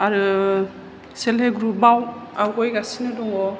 आरो self help group आव आवगायगासिनो दङ